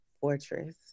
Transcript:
fortress